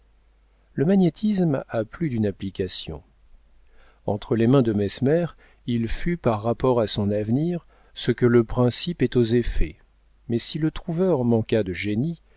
le magnétisme a plus d'application entre les mains de mesmer il fut par rapport à son avenir ce que le principe est aux effets mais si le trouveur manqua de génie